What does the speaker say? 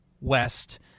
West